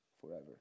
forever